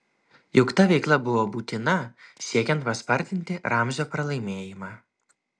juk ta veikla buvo būtina siekiant paspartinti ramzio pralaimėjimą